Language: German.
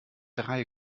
drei